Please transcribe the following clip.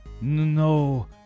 no